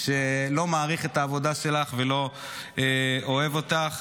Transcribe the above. שלא מעריך את העבודה שלך ולא אוהב אותך.